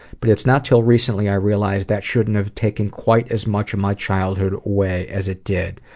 but it's not until recently i realized that shouldn't have taken quite as much of my childhood away as it did.